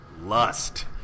lust